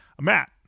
Matt